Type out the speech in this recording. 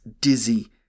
dizzy